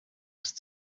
ist